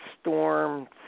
storm